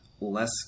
less